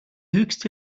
höchste